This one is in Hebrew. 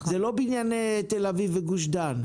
אלה לא בנייני תל אביב וגוש דן.